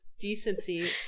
decency